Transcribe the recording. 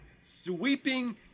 sweeping